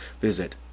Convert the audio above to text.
visit